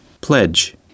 Pledge